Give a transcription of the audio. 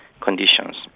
conditions